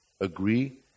agree